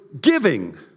giving